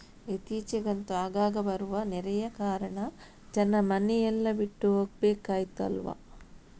ಇತ್ತೀಚಿಗಂತೂ ಆಗಾಗ ಬರುವ ನೆರೆಯ ಕಾರಣ ಜನ ಮನೆ ಎಲ್ಲ ಬಿಟ್ಟು ಹೋಗ್ಬೇಕಾಯ್ತು ಅಲ್ವಾ